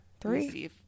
three